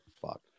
fuck